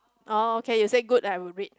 oh oh okay you say good I will read